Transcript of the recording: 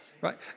right